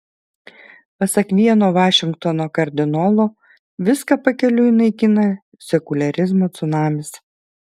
pasak vieno vašingtono kardinolo viską pakeliui naikina sekuliarizmo cunamis